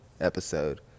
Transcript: episode